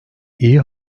iyi